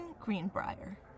Greenbrier